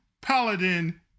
Paladin